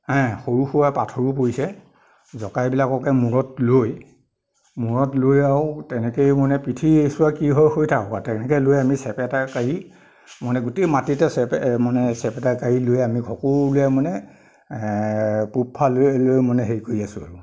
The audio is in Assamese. সৰু সুৰা পাথৰো পৰিছে জকাইবিলাককে মূৰত লৈ মূৰত লৈ আৰু তেনেকৈয়ে মানে পিঠিৰ এইছোৱা কি হয় হৈ থাকক আৰু তেনেকৈ লৈ আমি চেপেটাকাঢ়ি মানে গোটেই মাটিতে চেপে মানে চেপেটাকাঢ়ি লৈ আমি সকলোৱে মানে পূবফাললৈ মানে হেৰি কৰি আছো আৰু